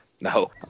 no